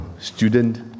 student